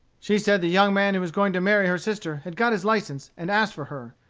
she said the young man who was going to marry her sister had got his license and asked for her.